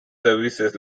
services